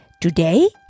Today